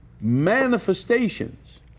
manifestations